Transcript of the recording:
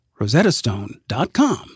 rosettastone.com